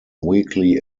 weekly